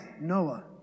Noah